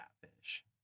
catfish